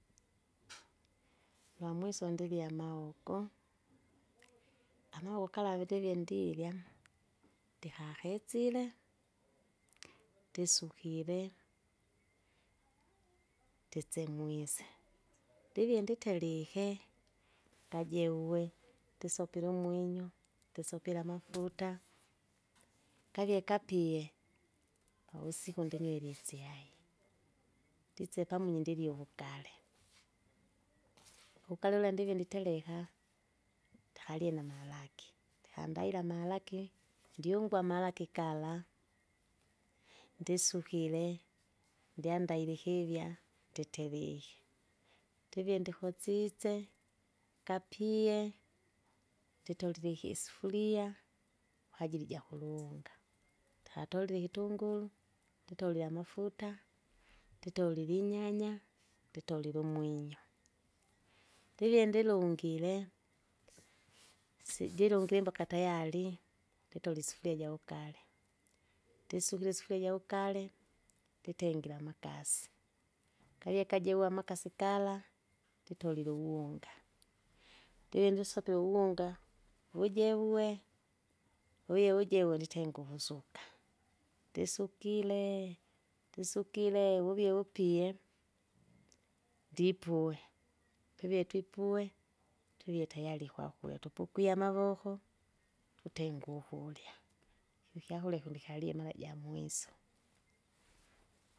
Lwamwiso ndilya amaogo, amaogo gala vili livye ndilya, ndikakestsile, ndisukile, ndisemwise, ndivie nditerike. kajeuwe, ndisopile umwinyo, ndisopile amafuta, kavie kapie pawusiko ndinywera itschai, ndisie pamunyi ndirye uwugale, ukalola ndivye nditereka, takarie namalaki, ndikandaila amalaki ndyungwa amalaki kala, ndisukile, ndyandaile ikivya, nditerike. Ndivie ndikositse, kapie, nditolile ihi isufuria, kwajili jakulunga, tatorie ikitunguru, titorie amafuta, titolie inyanya, titolie umwinyo. Ndilie ndilungile, sijilungimba mpaka tayari, nditore isufuria jaugale, ndisukire isufuria jaugale, nditengire amakasi, kavie kajiwa amakasi gala, nditolile uwunga, ndivi ndisopie uwunga wujeuwe, wiwuje wulengu uvusuka, ndisukile, ndisukile wuvie wupie, ndipue, pivie twipue, twivye tayari kwakurya tupukwie amavoko, tutenge ukurya, kive ikyakurya kundi kulie mara jamwiso.